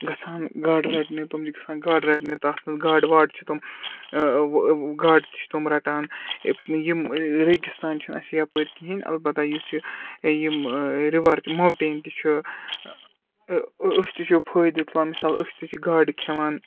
گژھان گاڈٕ رَٹنہِ تٕم چھِ گژھان گاڈٕ رَٹنہِ تَتھ مَنٛز گاڈٕ واڈٕ چھِ تم گاڈٕ تہِ چھِ تم رَٹان یِم رٲگِستان چھِنہٕ اَسہِ یَپٲرۍ کِہیٖنۍ اَلبتہ یُس یہِ یِم رِوَر ماوٹین تہِ چھُ أسۍ تہِ چھِ فٲیدٕ تُلان مِثال أسۍ تہِ چھِ گاڈٕ کھٮ۪وان